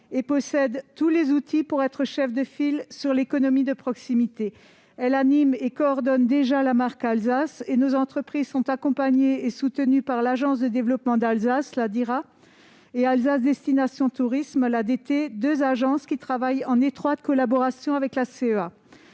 et possède tous les outils pour être chef de file en matière d'économie de proximité. Elle anime et coordonne déjà la marque Alsace, tandis que nos entreprises sont accompagnées et soutenues par l'agence de développement d'Alsace (Adira) et par Alsace destination tourisme (ADT), deux agences travaillant en étroite collaboration avec la CEA.